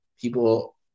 people